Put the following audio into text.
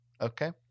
Okay